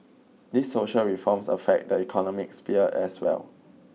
these social reforms affect the economic sphere as well